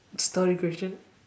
story question